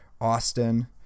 Austin